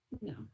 No